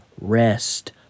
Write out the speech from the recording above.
rest